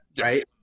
right